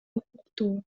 укуктуу